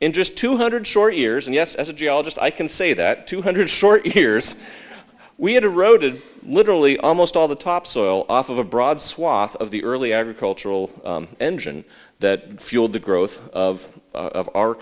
in just two hundred short years and yes as a geologist i can say that two hundred short years we had eroded literally almost all the topsoil off of a broad swath of the early agricultural engine that fueled the growth of o